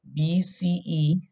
BCE